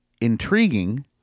intriguing